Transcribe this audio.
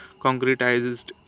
concretized